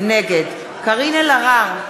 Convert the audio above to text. נגד קארין אלהרר,